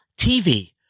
TV